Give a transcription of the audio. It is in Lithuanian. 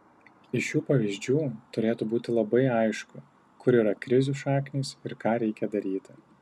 iš šių pavyzdžių turėtų būti labai aišku kur yra krizių šaknys ir ką reikia daryti